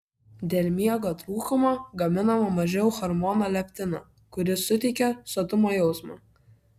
dėl miego trūkumo gaminama mažiau hormono leptino kuris suteikia sotumo jausmą